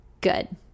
Good